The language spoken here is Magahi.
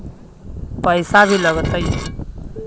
पैसा भी लगतय?